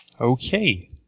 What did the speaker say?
Okay